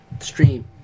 Stream